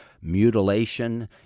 mutilation